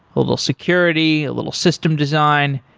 a little security, a little system design.